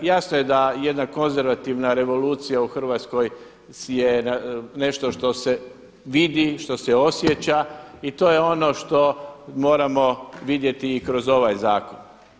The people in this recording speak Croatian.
Jasno je da jedna konzervativna revolucija u Hrvatskoj je nešto što se vidi, što se osjeća i to je ono što moramo vidjeti i kroz ovaj zakon.